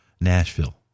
Nashville